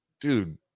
dude